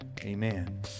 Amen